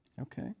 Okay